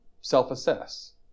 self-assess